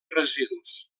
residus